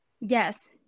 yes